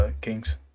Kings